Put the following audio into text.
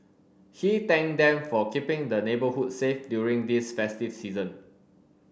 he thanked them for keeping the neighbourhood safe during this festive season